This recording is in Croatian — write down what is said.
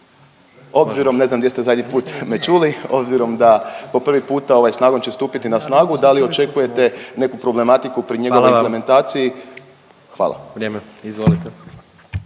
Obzirom, ne znam gdje ste zadnji put me čuli, obzirom da po prvi puta ovaj snagom će stupiti na snagu da li očekujete neku problematiku pri njegovoj implementaciji? …/Upadica predsjednik: